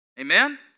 Amen